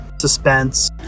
Suspense